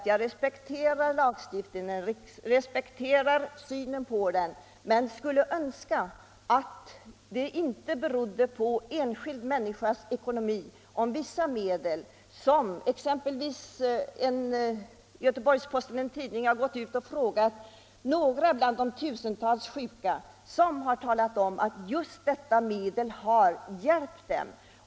Jag respekterar lagstiftningen men skulle önska att det inte berodde på enskild människas ekonomi om vissa medel kan prövas. Göteborgs Posten har talat med några bland de tuseltals sjuka, och de säger att detta medel har hjälpt dem.